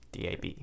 dab